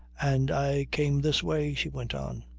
and i came this way, she went on.